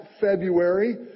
February